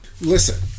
Listen